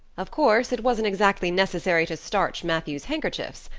of course it wasn't exactly necessary to starch matthew's handkerchiefs!